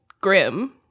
grim